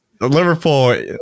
Liverpool